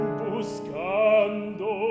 buscando